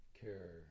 care